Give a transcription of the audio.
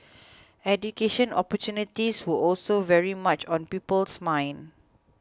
education opportunities were also very much on people's minds